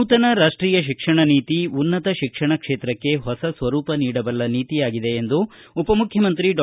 ನೂತನ ರಾಷ್ಟೀಯ ಶಿಕ್ಷಣ ನೀತಿ ಉನ್ನತ ಶಿಕ್ಷಣ ಕ್ಷೇತ್ರಕ್ಕೆ ಹೊಸ ಸ್ವರೂಪ ನೀಡಬಲ್ಲ ನೀತಿಯಾಗಿದೆ ಎಂದು ಉಪ ಮುಖ್ಯಮಂತ್ರಿ ಡಾ